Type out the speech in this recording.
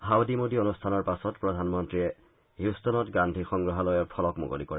হাউদি মোডী অনুষ্ঠানৰ পাছত প্ৰধানমন্নীয়ে হউষ্টনত গান্ধী সংগ্ৰহালয়ৰ ফলক মুকলি কৰে